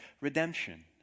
redemption